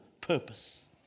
purpose